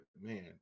man